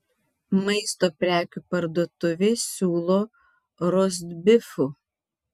maisto prekių parduotuvė siūlo rostbifų